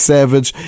Savage